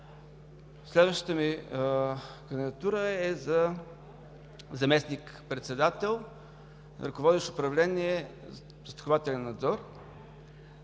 Следващата ми кандидатура е за заместник-председател, ръководещ управление „Застрахователен надзор“–